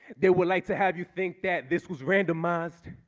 they would like to have you think that this was randomized